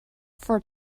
for